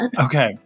Okay